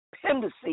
dependency